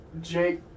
Jake